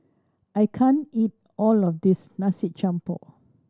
I can't eat all of this Nasi Campur